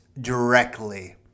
directly